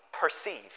Perceive